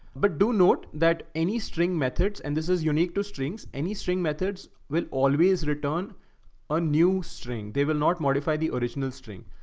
but do note that any string methods and this is unique to strings, any string methods will always return a new string. they will not modify the original string.